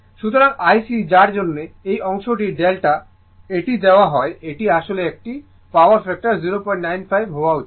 সুতরাং IC যার জন্য এই অংশটি delta এটি দেওয়া হয় এটি আসলে একটি পাওয়ার ফ্যাক্টর 095 হওয়া উচিত